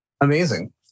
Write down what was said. Amazing